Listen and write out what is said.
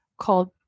called